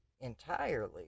entirely